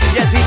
Yes